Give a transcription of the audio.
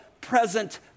present